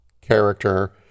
character